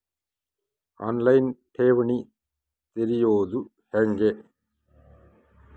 On line ಠೇವಣಿ ತೆರೆಯೋದು ಹೆಂಗ?